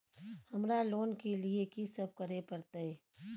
हमरा लोन के लिए की सब करे परतै?